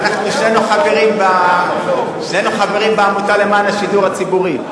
אנחנו שנינו חברים בעמותה למען השידור הציבורי.